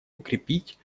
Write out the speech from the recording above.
укрепить